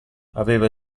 aveva